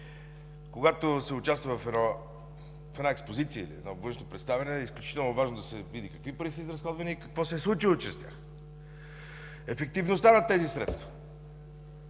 когато се участва в една експозиция, в едно бъдещо представяне, изключително важно е да се види какви пари са изразходвани и какво се е случило чрез тях. Ефективността на тези средства